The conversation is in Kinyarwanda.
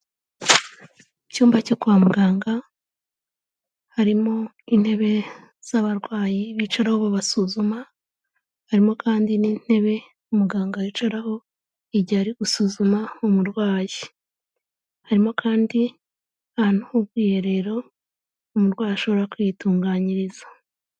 Icyumba cyo kwa muganga, harimo intebe z'abarwayi bicaraho babasuzuma, harimo kandi n'intebe umuganga yicaraho igihe ari gusuzuma umurwayi, harimo kandi ahantu h'ubwiherero umurwayi ashobora kwiyitunganyiriza.